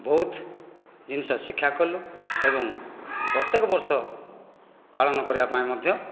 ବହୁତ ଜିନିଷ ଶିକ୍ଷା କଲୁ ଏବଂ ପ୍ରତ୍ୟେକ ବର୍ଷ ପାଳନ କରିବା ପାଇଁ ମଧ୍ୟ